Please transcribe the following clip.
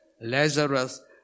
Lazarus